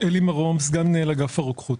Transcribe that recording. בקשה.